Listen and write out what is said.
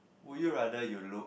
would you rather you look